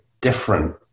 different